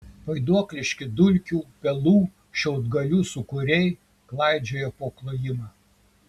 vaiduokliški dulkių pelų šiaudgalių sūkuriai klaidžiojo po klojimą